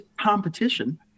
competition